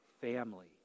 family